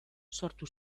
sortu